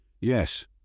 Yes